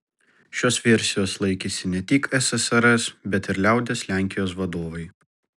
šios versijos laikėsi ne tik ssrs bet ir liaudies lenkijos vadovai